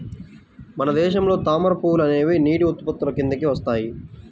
మన దేశంలో తామర పువ్వులు అనేవి నీటి ఉత్పత్తుల కిందికి వస్తాయి